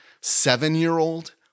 seven-year-old